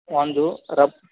ಒಂದು ರಬ್